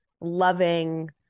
loving